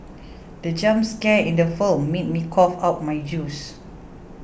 the jump scare in the film made me cough out my juice